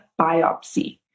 biopsy